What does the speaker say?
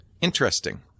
Interesting